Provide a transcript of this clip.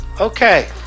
okay